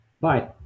Bye